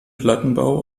plattenbau